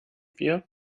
wir